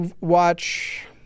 watch